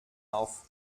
auf